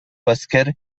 гаскәр